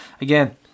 Again